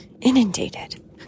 inundated